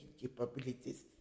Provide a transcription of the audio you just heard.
capabilities